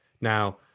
Now